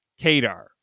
Kadar